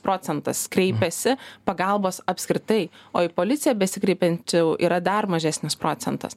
procentas kreipiasi pagalbos apskritai o į policiją besikreipiančių yra dar mažesnis procentas